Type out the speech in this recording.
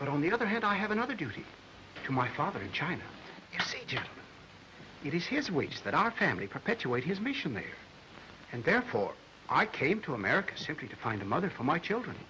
but on the other hand i have another duty to my father in china it is his weeks that our family perpetuate his mission me and therefore i came to america simply to find a mother for my children